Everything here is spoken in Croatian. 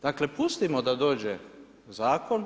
Dakle, pustimo da dođe zakon.